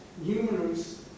numerous